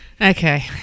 Okay